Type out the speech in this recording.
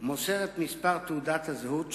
מוסר את מספר תעודת הזהות שלו,